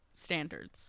standards